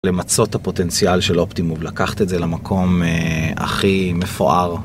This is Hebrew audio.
למצות את הפוטנציאל של אופטימום, לקחת את זה למקום הכי מפואר